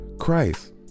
Christ